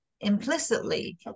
implicitly